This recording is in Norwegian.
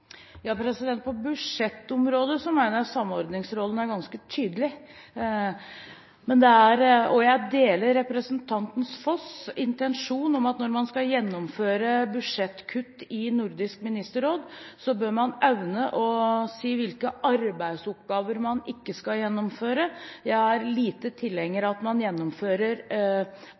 På budsjettområdet mener jeg at samordningsrollen er ganske tydelig. Jeg deler representanten Foss’ intensjon om at når man skal gjennomføre budsjettkutt i Nordisk ministerråd, bør man evne å si hvilke arbeidsoppgaver man ikke skal gjennomføre. Jeg er lite tilhenger av at man gjennomfører